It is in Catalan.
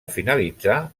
finalitzà